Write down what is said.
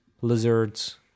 lizards